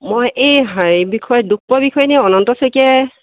মই এই হেৰি বিষয়ে দুখ পোৱা বিষয়ে এনেই অনন্ত শইকীয়াই